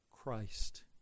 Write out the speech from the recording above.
Christ